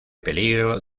peligro